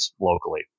locally